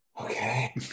okay